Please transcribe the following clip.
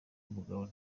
umugabo